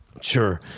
Sure